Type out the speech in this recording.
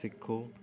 ਸਿੱਖੋ